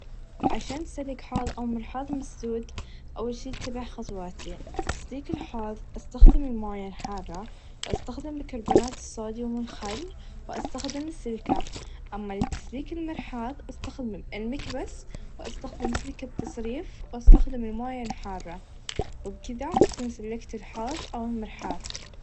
عشان تسلك حوظ أو مرحاظ مسدود أول شئ إتبع خطواتي تسليك الحوظ أستخدم المويا الحاره و أستخدم بيكاربونات الصوديوم و الخل و أستخدم سلكه أما لتسليك المرحاظ أستخد المكبس و أستخدم سلك التصريف و أستخدم المويا الحاره و بكذا تكون سلكت الحوظ أو المرحاظ.